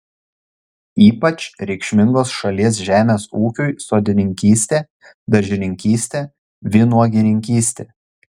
ypač reikšmingos šalies žemės ūkiui sodininkystė daržininkystė vynuogininkystė